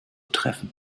treffen